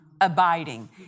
Abiding